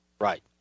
Right